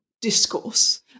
discourse